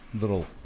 little